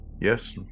yes